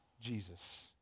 Jesus